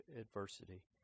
adversity